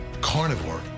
carnivore